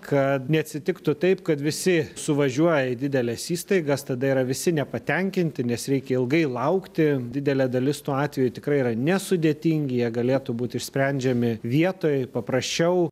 kad neatsitiktų taip kad visi suvažiuoja į dideles įstaigas tada yra visi nepatenkinti nes reikia ilgai laukti didelė dalis tų atvejų tikrai yra nesudėtingi jie galėtų būt išsprendžiami vietoj paprasčiau